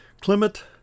Clement